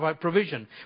provision